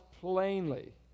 plainly